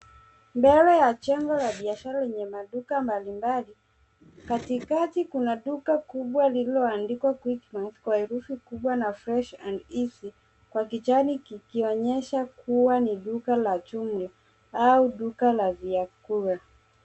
Mbele ya jengo la biashara yenye maduka mbalimbali. Katikati kuna duka kubwa iliyoandikwa quickmart kwa herufi kubwa na fresh and easy kwa kijani kikionyesha kuwa ni duka la jumla au duka la vyakula.